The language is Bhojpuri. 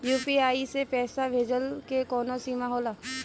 यू.पी.आई से पईसा भेजल के कौनो सीमा होला?